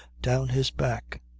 down his back.